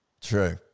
True